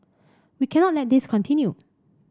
we cannot let this continue